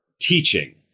teaching